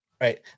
right